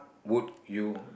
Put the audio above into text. would you